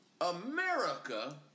America